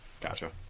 Gotcha